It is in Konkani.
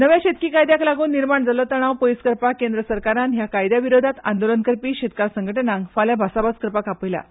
नव्या शेतकी कायद्याक लागून निर्माण जाल्लो तणाव पयस करपाक केंद्र सरकारान ह्या कायद्या विरोधांत आंदोलन करपी शेतकार संघटणांक फाल्यां भासाभास करपाक आपयल्यात